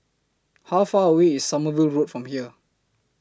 How Far away IS Sommerville Road from here